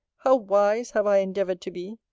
how wise have i endeavoured to be!